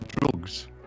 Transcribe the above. drugs